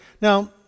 Now